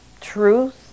truth